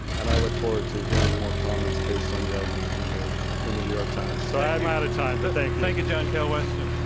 and i look forward to hearing more comments based on the argument he made in the new york times. so i'm out of time, but thank you. thank you, john kael weston.